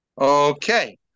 Okay